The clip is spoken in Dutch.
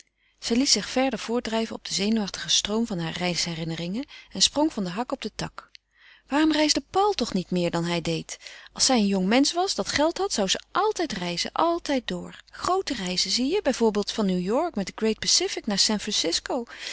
liet zich verder voortdrijven op den zenuwachtigen stroom harer reisherinneringen en sprong van den hak op den tak waarom reisde paul toch niet meer dan hij deed als zij een jongmensch was dat geld had zou ze altijd reizen altijd door groote reizen zie je bij voorbeeld van new-york met de great pacific naar san francisco